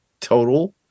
total